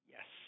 Yes